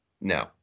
No